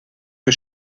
que